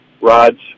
rods